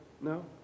No